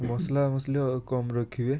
ମସଲା ମସଲି ଆଉ କମ୍ ରଖିବେ